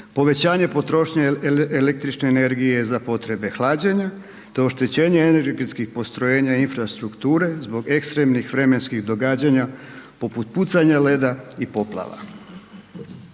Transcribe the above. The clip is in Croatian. povećanje potrošnje električne energije za potrebe hlađenja, te oštećenje energetskih postrojenja i infrastrukture zbog ekstremnih vremenskih događanja, poput pucanja leda i poplava.